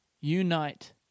Unite